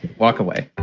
walk away.